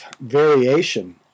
variation